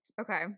Okay